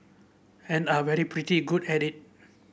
and are pretty good at it